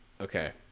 Okay